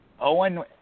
Owen